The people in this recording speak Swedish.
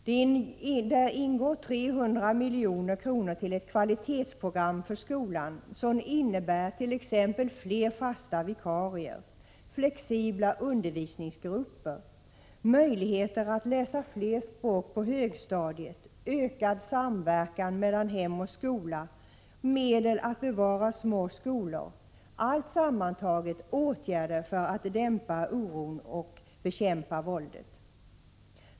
Vidare ingår 300 milj.kr. till ett kvalitetsprogram för skolan, som innebär t.ex. fler fasta vikarier, flexibla undervisningsgrupper, möjligheter att läsa fler språk på högstadiet, ökad samverkan mellan hem och skola, medel att bevara små skolor, allt sammantaget åtgärder för att dämpa oron och bekämpa våldet.